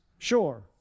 Sure